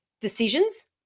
decisions